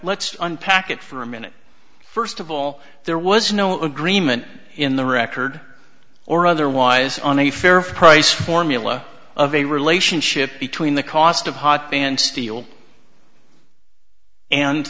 let's unpack it for a minute first of all there was no agreement in the record or otherwise on a fair price formula of a relationship between the cost of hot band steel and